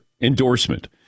endorsement